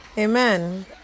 Amen